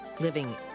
Living